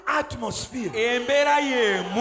atmosphere